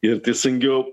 ir teisingiau